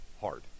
hard